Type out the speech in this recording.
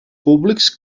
públics